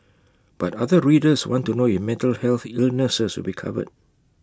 but other readers want to know if mental health illnesses will be covered